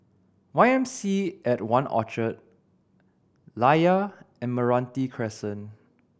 Y M C A at One Orchard Layar and Meranti Crescent